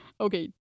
Okay